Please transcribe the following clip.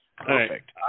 Perfect